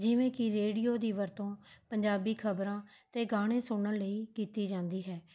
ਜਿਵੇਂ ਕਿ ਰੇਡੀਓ ਦੀ ਵਰਤੋਂ ਪੰਜਾਬੀ ਖਬਰਾਂ ਅਤੇ ਗਾਣੇ ਸੁਣਨ ਲਈ ਕੀਤੀ ਜਾਂਦੀ ਹੈ